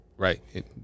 right